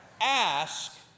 ask